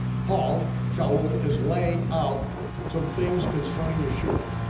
paul, shaul, is laying out some things concerning yeshua.